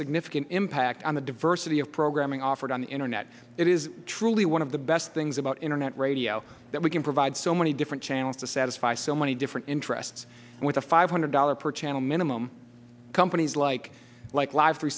significant impact on the diversity of programming offered on the internet it is truly one of the best things about internet radio that we can provide so many different channels to satisfy so many different interests with a five hundred dollars per channel minimum companies like like live